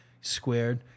squared